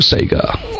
Sega